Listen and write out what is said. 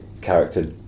character